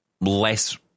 less